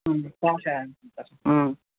ம் கேஷாக கொடுத்துட்றேன் ம்